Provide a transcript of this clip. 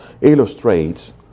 illustrates